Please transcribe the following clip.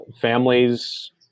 families